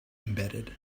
embedded